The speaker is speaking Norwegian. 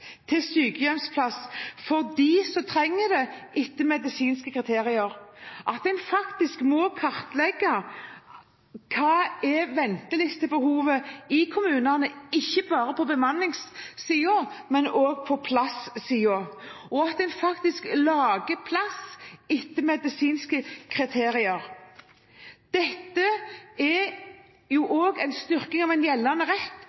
at en faktisk må kartlegge ventelistebehovet i kommunene – ikke bare på bemanningssiden, men også på plass-siden – at en faktisk lager plass etter medisinske kriterier. Dette er også en styrking av en gjeldende rett.